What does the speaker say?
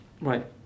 Right